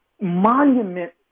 monument